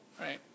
Right